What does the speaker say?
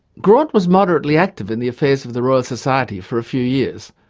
graunt was moderately active in the affairs of the royal society for a few years,